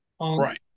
Right